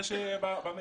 כתבתי את זה במייל.